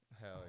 Hell